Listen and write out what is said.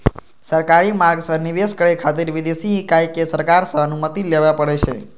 सरकारी मार्ग सं निवेश करै खातिर विदेशी इकाई कें सरकार सं अनुमति लेबय पड़ै छै